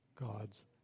God's